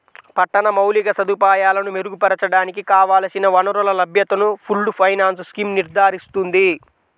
పట్టణ మౌలిక సదుపాయాలను మెరుగుపరచడానికి కావలసిన వనరుల లభ్యతను పూల్డ్ ఫైనాన్స్ స్కీమ్ నిర్ధారిస్తుంది